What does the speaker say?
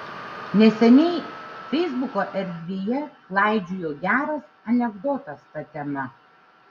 neseniai feisbuko erdvėje klaidžiojo geras anekdotas ta tema